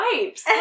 wipes